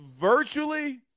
virtually